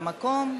במקום.